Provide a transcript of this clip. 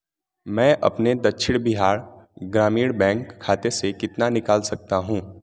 मैं अपने दक्षिण बिहार ग्रामीण बैंक खाते से कितना निकाल सकता हूँ